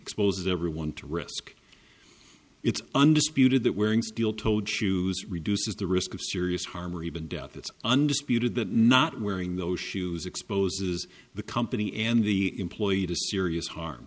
exposes everyone to risk it's undisputed that wearing steel toed shoes reduces the risk of serious harm or even death that's under spewed that not wearing those shoes exposes the company and the employee to serious harm